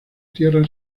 tierra